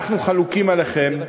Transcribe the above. אנחנו חלוקים עליכם.